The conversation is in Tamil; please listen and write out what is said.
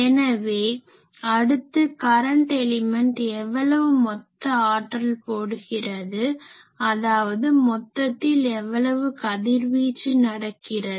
எனவே அடுத்து கரன்ட் எலிமென்ட் எவ்வளவு மொத்த ஆற்றல் போடுகிறது அதாவது மொத்தத்தில் எவ்வளவு கதிர்வீச்சு நடக்கிறது